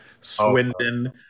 swindon